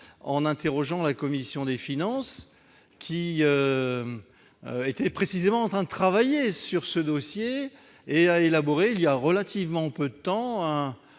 en interrogeant la commission des finances, qui était précisément en train de travailler sur ce dossier et qui a élaboré assez récemment une sorte